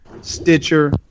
Stitcher